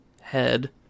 head